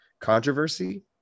controversy